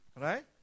Right